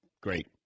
Great